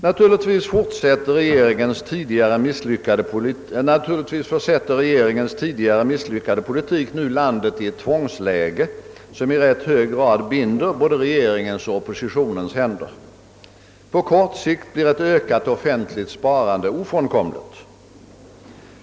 Naturligtvis försätter regeringens tidigare misslyckade politik nu landet i ett tvångsläge, som i rätt hög grad binder både regeringens och oppositionens händer. På kort sikt blir ett ökat offentligt sparande ofrånkomligt.